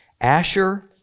Asher